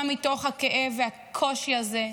גם מתוך הכאב והקושי הזה,